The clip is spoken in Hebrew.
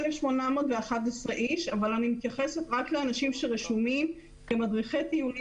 1,811 איש אבל אני מתייחסת רק לאנשים שרשומים כמדריכי טיולים,